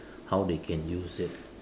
how they can use it